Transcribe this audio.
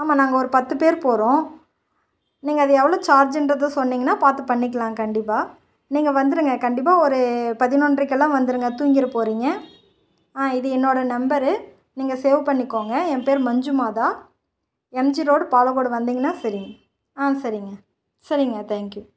ஆமாம் நாங்கள் ஒரு பத்து பேர் போகறோம் நீங்கள் அது எவ்வளோ சார்ஜின்றதை சொன்னிங்கன்னா பார்த்து பண்ணிக்கலாம் கண்டிப்பாக நீங்கள் வந்துருங்க கண்டிப்பாக ஒரு பதினொன்ரைக்கெல்லாம் வந்துருங்க தூங்கிற போகறிங்க இது என்னோட நம்பரு நீங்கள் சேவ் பண்ணிக்கோங்க என் பேரு மஞ்சுமாதான் எம்ஜி ரோட் பாலக்கோடு வந்திங்கனா சரிங் சரிங்க சரிங்க தேங்க்கி யூ